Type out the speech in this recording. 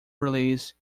release